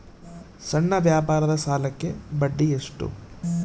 ಸಣ್ಣ ವ್ಯಾಪಾರದ ಸಾಲಕ್ಕೆ ಬಡ್ಡಿ ಎಷ್ಟು?